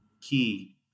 key